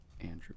Andrew